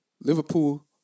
Liverpool